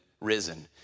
risen